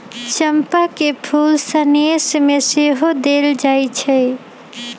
चंपा के फूल सनेश में सेहो देल जाइ छइ